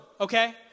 Okay